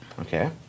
okay